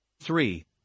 three